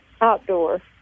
Outdoor